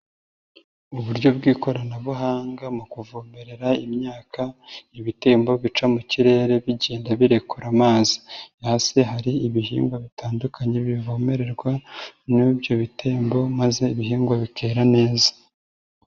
Uburyo bw'ikoranabuhanga mu kuvomerera imyaka, ibitembo bica mu kirere bigenda birekura amazi. Hasi hari ibihingwa bitandukanye bivomererwa n'ibyo bitembo maze ibihingwa bikera neza.